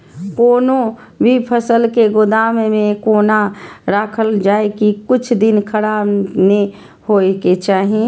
कोनो भी फसल के गोदाम में कोना राखल जाय की कुछ दिन खराब ने होय के चाही?